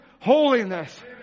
holiness